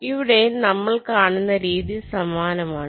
ഇവിടെയും യും നമ്മൾ കാണുന്ന രീതി സമാനമാണ്